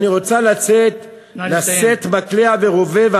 אני רוצה לשאת מקלע ורובה, נא לסיים.